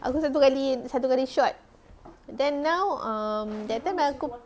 aku lagi satu kali satu kali shot then now um that time aku